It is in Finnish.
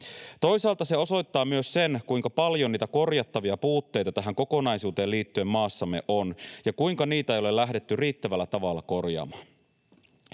Toisaalta se osoittaa myös sen, kuinka paljon niitä korjattavia puutteita tähän kokonaisuuteen liittyen maassamme on ja kuinka niitä ei ole lähdetty riittävällä tavalla korjaamaan.